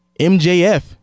MJF